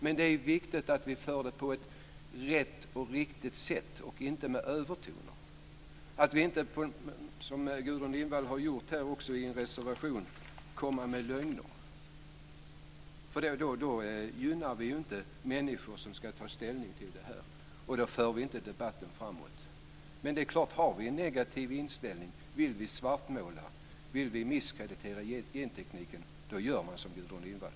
Men det är viktigt att vi för debatten på ett rätt och riktigt sätt och inte med övertoner. Vi får inte komma med lögner, som Gudrun Lindvall har gjort i en reservation. Då uppmuntrar vi inte de människor som ska ta ställning till detta, och då för vi inte debatten framåt. Men om man har en negativ inställning och vill svartmåla och misskreditera gentekniken gör man som Gudrun Lindvall.